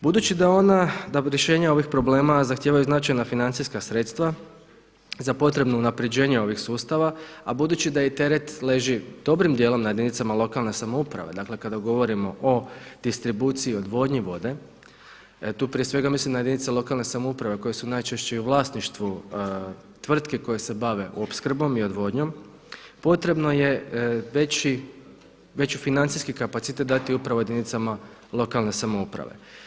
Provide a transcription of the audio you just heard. Budući da ona, da rješenja ovih problema zahtijevaju značajna financijska sredstva za potrebno unaprjeđenje ovih sustava a budući da i teret leži dobrim djelom na jedinicama lokalne samouprave, dakle kada govorimo o distribuciji, odvodnji vode tu prije svega mislim na jedinice lokalne samouprave koje su najčešće i u vlasništvu tvrtki koje se bave opskrbom i odvodnjom potrebno je veći financijski kapacitet dati upravo jedinicama lokalne samouprave.